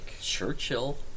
Churchill